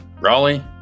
raleigh